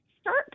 start